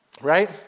right